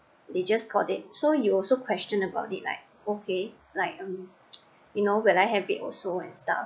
they just got it so you also questioned about it like okay like um you know will I have it also and stuff